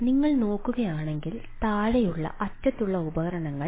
അതിനാൽ നിങ്ങൾ നോക്കുകയാണെങ്കിൽ താഴെയുള്ള അറ്റത്തുള്ള ഉപകരണങ്ങൾ